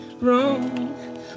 wrong